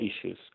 issues